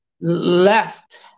left